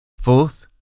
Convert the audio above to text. Fourth